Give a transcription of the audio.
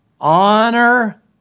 honor